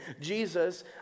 Jesus